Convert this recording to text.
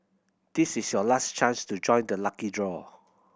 this is your last chance to join the lucky draw